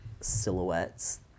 silhouettes